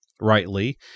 rightly